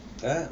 ah